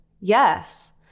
Yes